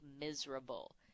miserable